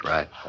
Right